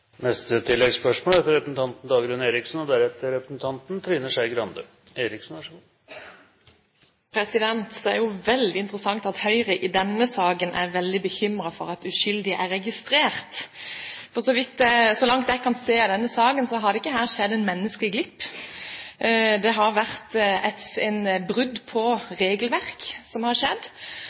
Eriksen – til oppfølgingsspørsmål. Det er jo veldig interessant at Høyre i denne saken er veldig bekymret for at uskyldige er registrert. Så langt jeg kan se av denne saken, har det ikke her skjedd en menneskelig glipp. Det har skjedd et brudd på regelverket, og det har